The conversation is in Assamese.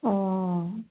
অঁ